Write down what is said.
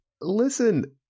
Listen